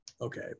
okay